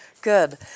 Good